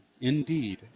indeed